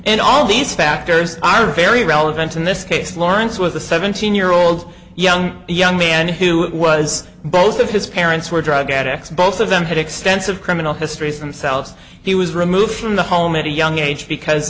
and all these factors are very relevant in this case lawrence was a seventeen year old young young man who was both of his parents were drug addicts both of them had extensive criminal histories themselves he was removed from the home at a young age because